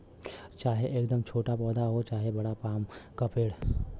चाहे एकदम छोटा पौधा हो चाहे बड़ा पाम क पेड़